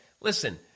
listen